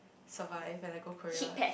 survive when I go Korea